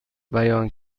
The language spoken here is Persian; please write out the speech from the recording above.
بیان